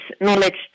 knowledge